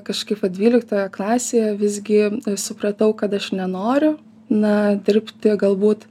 kažkaip va dvyliktoje klasėje visgi supratau kad aš nenoriu na dirbti galbūt